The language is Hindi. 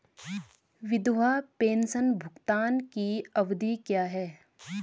विधवा पेंशन भुगतान की अवधि क्या है?